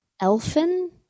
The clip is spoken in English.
Elfin